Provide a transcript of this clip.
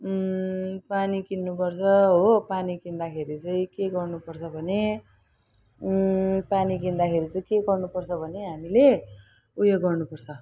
पानी किन्नुपर्छ हो पानी किन्दाखेरि चाहिँ के गर्नुपर्छ भने पानी किन्दाखेरि चाहिँ के गर्नुपर्छ भने हामीले ऊ यो गर्नुपर्छ